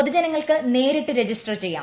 പൊതുജനങ്ങൾക്ക് നേരിട്ട് രജിസ്റ്റർ ചെയ്യാം